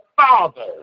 father